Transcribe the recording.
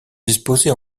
disposées